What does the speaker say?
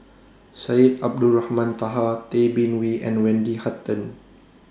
Syed Abdulrahman Taha Tay Bin Wee and Wendy Hutton